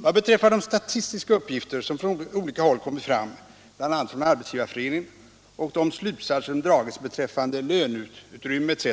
Vad beträffar de statistiska uppgifter som från olika håll kommit fram, bl.a. från Arbetsgivareföreningen, och de slutsatser som dragits beträffande löneutrymme etc.,